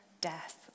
death